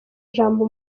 jambo